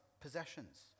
possessions